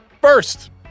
First